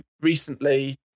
recently